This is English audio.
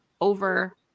over